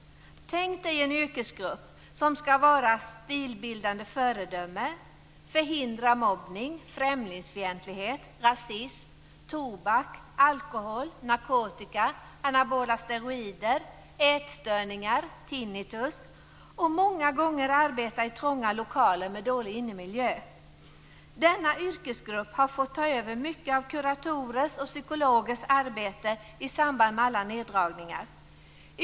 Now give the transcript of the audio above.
Tänk er en yrkesgrupp som ska vara stilbildande föredöme, förhindra mobbning, främlingsfientlighet, rasism, tobak, alkohol, narkotika, anabola steroider, ätstörningar och tinnitus och som många gånger arbetar i trånga lokaler med dålig innemiljö! Denna yrkesgrupp har fått ta över mycket av kuratorers och psykologers arbete i samband med alla neddragningar.